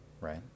right